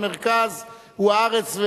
המרכז הוא הארץ,